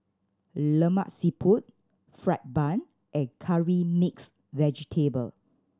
Lemak Siput fried bun and Curry Mixed Vegetable